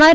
R